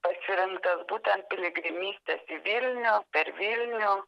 pasirinktas būtent piligrimystės į vilnių per vilnių